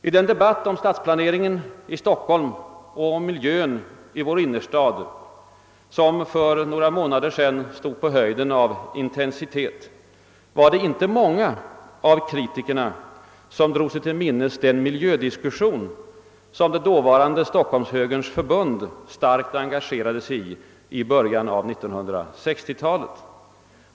I den debatt om stadsplaneringen i Stockholm och om miljön i vår innerstad, som för några månader sedan stod på höjden av intensitet, var det inte många av kritikerna som drog sig till minnes: den miljödiskussion som det dåvarande <Stockholms-Högerns = förbund starkt engagerade sig i i början av 1960-talet.